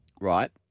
right